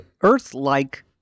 Earth-like